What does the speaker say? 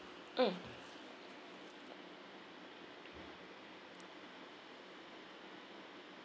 mm